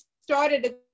started